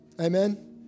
Amen